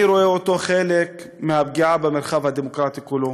אני רואה אותו חלק מהפגיעה במרחב הדמוקרטי כולו.